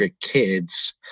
kids